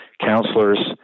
counselors